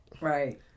right